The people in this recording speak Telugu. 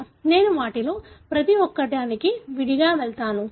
నేను వాటిలో ప్రతి ఒక్కటి విడిగా వెళ్తాను